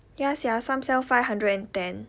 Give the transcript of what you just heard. ya sia some sell five hundred and ten